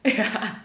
ya